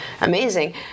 amazing